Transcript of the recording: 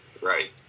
Right